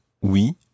oui